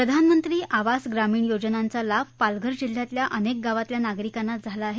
प्रधानमंत्री आवास ग्रामीण योजनंचा लाभ पालघर जिल्ह्यातल्या अनेक गावातल्या नागरिकांना झाला आहे